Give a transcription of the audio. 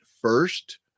first